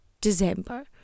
December